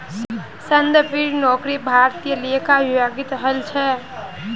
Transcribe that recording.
संदीपेर नौकरी भारतीय लेखा विभागत हल छ